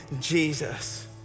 Jesus